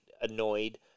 annoyed